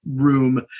room